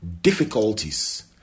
difficulties